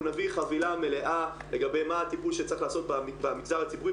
אנחנו נביא חבילה מלאה לגבי מה התיקון שצריך לעשות במגזר הציבורי,